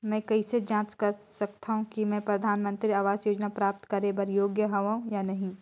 मैं कइसे जांच सकथव कि मैं परधानमंतरी आवास योजना प्राप्त करे बर योग्य हववं या नहीं?